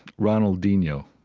ronaldinho,